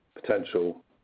potential